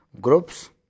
groups